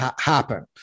happen